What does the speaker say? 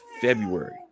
February